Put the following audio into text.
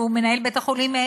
שהוא מנהל בית-החולים,